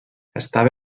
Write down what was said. estava